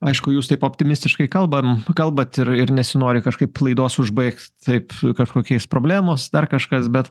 aišku jūs taip optimistiškai kalbam kalbat ir ir nesinori kažkaip laidos užbaigt taip kažkokiais problemos dar kažkas bet